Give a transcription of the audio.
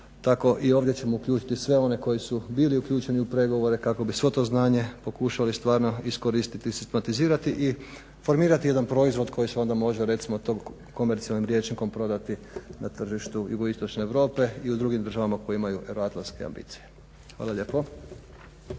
tako i ovdje ćemo uključiti sve one koji su bili uključeni u pregovore kako bi svo to znanje pokušali stvarno iskoristiti, sistematizirati i formirati jedan proizvod koji se onda može recimo to komercijalnim rječnikom prodati na tržištu JI Europe i u drugim državama koje imaju euroatlantske ambicije. Hvala lijepa.